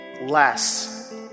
less